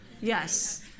Yes